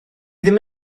ddim